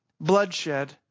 bloodshed